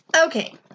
okay